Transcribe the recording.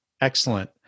Excellent